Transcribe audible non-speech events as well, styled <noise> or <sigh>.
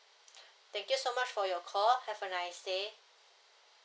<breath> thank you so much for your call have a nice day